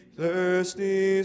thirsty